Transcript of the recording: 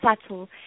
subtle